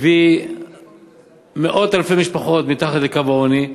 הביא מאות אלפי משפחות אל מתחת לקו העוני,